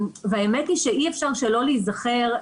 האמת היא שאי-אפשר שלא להיזכר,